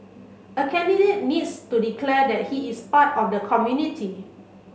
a candidate needs to declare that he is part of the community